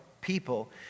people